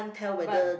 but